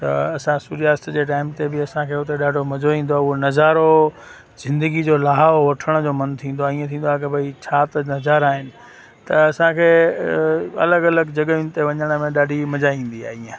त असां सूर्याअस्त जे टाइम ते बि असांखे उते ॾाढो मज़ो ईंदो आहे उहा नज़ारो ज़िन्दगी जो लाहाव वठण जो मन थींदो आहे ईअं लगंदो आहे भई छा त नज़ारा आहिनि त असांखे अलॻि अलॻि जॻहियुनि ते वञण में ॾाढी मज़ा ईंदी आहे ईअं